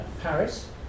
Paris